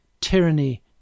tyranny